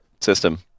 system